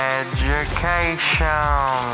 education